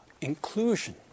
inclusion